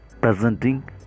presenting